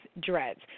dreads